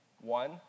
One